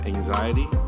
Anxiety